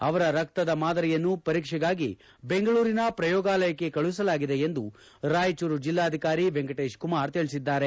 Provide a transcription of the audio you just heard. ಅವರ ರಕ್ತದ ಮಾದರಿಯನ್ನು ಪರೀಕ್ಷೆಗಾಗಿ ಬೆಂಗಳೂರಿನ ಪ್ರಯೋಗಾಲಯಕ್ಕೆ ಕಳುಹಿಸಲಾಗಿದೆ ಎಂದು ರಾಯಚೂರು ಜಿಲ್ಲಾಧಿಕಾರಿ ವೆಂಕಟೇಶ್ ಕುಮಾರ್ ತಿಳಿಸಿದ್ದಾರೆ